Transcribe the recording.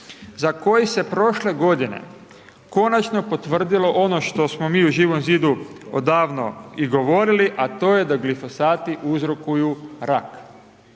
za koji se prošle godine, konačno potvrdilo ono što smo mi u Živom zidu odavno i govorili a to je da glifosati uzrokuju rak.